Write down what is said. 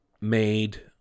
made